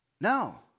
No